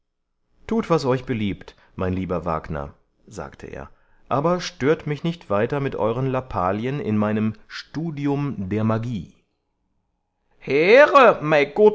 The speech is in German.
tut was euch beliebt mein lieber wagner sagte er aber stört mich nicht weiter mit eueren lappalien in meinem studium der magie heere